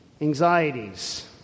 anxieties